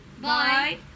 bye